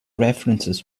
references